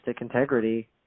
integrity